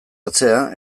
atzera